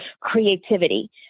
creativity